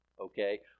okay